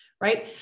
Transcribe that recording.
right